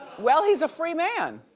well he's a free man.